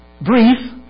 Brief